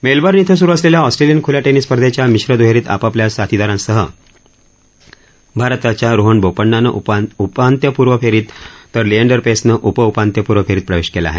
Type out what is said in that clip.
Melbourne इथं सुरू असलेल्या ऑस्ट्रेलियन खूल्या टेनिस स्पर्धेच्या मिश्र दूहेरीत आपापल्या साथीदारांसह भारताच्या रोहन बोपण्णानं उपांत्यपूर्व फेरीत तर लिएंडर पेसनं उपउपांत्यपूर्व फेरीत प्रवेश केला आहे